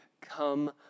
come